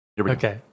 Okay